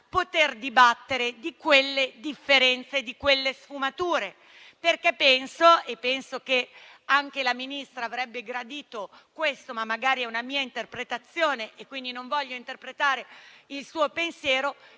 poter dibattere di quelle differenze e di quelle sfumature, perché penso - e credo che anche la Ministra avrebbe gradito questo, ma magari è una mia interpretazione ed io non voglio interpretare il suo pensiero